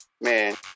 man